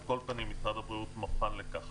על כל פנים, משרד הבריאות מוכן לכך.